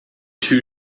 two